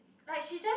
like she just